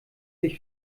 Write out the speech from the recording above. sich